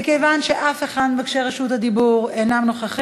מכיוון שאף אחד ממבקשי רשות הדיבור אינו נוכח,